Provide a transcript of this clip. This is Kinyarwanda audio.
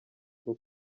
bwo